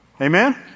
Amen